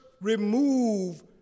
remove